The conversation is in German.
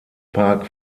park